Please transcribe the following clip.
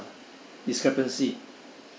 discrepancy